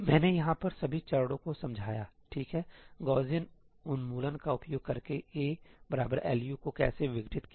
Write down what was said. मैंने यहाँ पर सभी चरणों को समझाया ठीक है गॉसियन उन्मूलन का उपयोग करके ALU को कैसे विघटित किया जाए